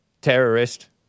Terrorist